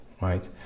right